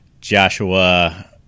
Joshua